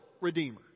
Redeemer